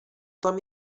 tam